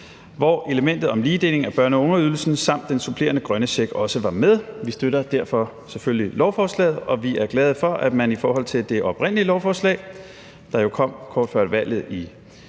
hvor elementet om ligedeling af børne- og ungeydelsen samt den supplerende grønne check også var med. Vi støtter selvfølgelig derfor lovforslaget, og vi er glade for, at man i forhold til det oprindelige lovforslag, der jo kom kort før valget i